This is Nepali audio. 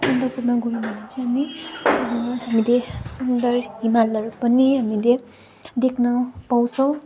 सन्दकपूमा गयौँ भने चाहिँ हामी धेरै सुन्दर हिमालहरू पनि हामीले देख्न पाउँछौँ